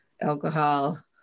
alcohol